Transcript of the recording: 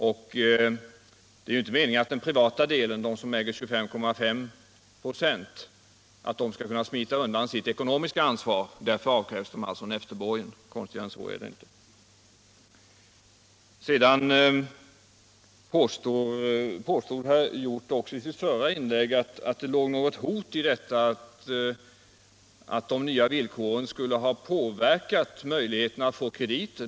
Men det är ju inte meningen att de privata delägarna, som äger 25,5 96, skall kunna smita undan sitt IT ekonomiska ansvar. Därför avkrävs de alltså efterborgen. Konstigare än så är det inte. Herr Hjorth påstod i sitt förra inlägg att det låg något hot i detta att de nya villkoren skulle ha påverkat möjligheterna att få kredit.